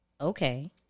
Okay